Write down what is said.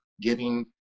giving